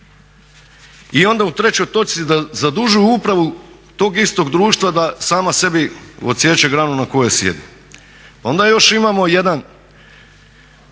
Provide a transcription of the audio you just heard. I onda u trećoj točci da zadužuju upravu tog istog društva da sama sebi odsječe granu na kojoj sjedi. Onda još imamo jedan